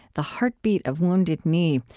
the heartbeat of wounded knee,